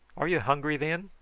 are you hungry then?